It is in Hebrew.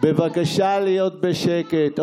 בבקשה להיות בשקט.